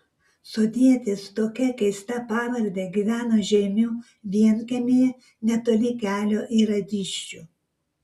sodietis tokia keista pavarde gyveno žeimių vienkiemyje netoli kelio į radyščių